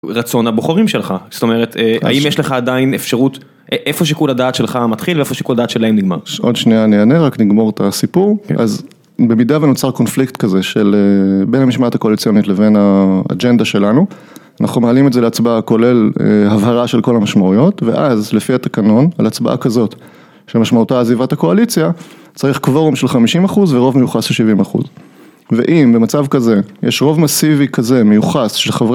רצון הבוחרים שלך, זאת אומרת, האם יש לך עדיין אפשרות איפה שיקול הדעת שלך מתחיל ואיפה שיקול הדעת שלהם נגמר? עוד שנייה אני אענה, רק נגמור את הסיפור, אז במידה ונוצר קונפליקט כזה של בין המשמעת הקואליציונית לבין האג'נדה שלנו, אנחנו מעלים את זה להצבעה כולל הבהרה של כל המשמעויות, ואז לפי התקנון על הצבעה כזאת, שמשמעותה עזיבת הקואליציה, צריך קוורום של 50% ורוב מיוחס של 70%. ואם במצב כזה יש רוב מסיבי כזה מיוחס של חברה...